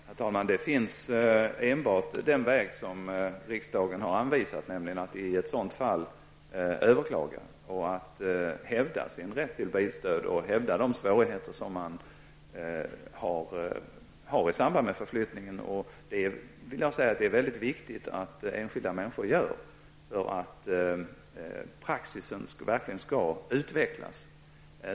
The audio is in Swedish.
Herr talman! I ett sådant fall finns enbart den väg som riksdagen har anvisat, nämligen att överklaga och hävda sin rätt till bilstöd och uppge de svårigheter som man har i samband med förflyttning. Det är mycket viktigt att enskilda människor överklagar för att praxis verkligen skall utvecklas.